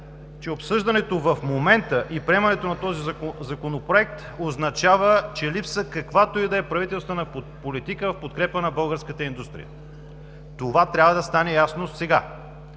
обсъждането и приемането на този законопроект означава, че липсва каквато и да е правителствена политика в подкрепа на българската индустрия. Това трябва да стане ясно сега,